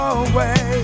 away